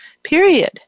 Period